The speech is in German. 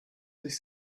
sich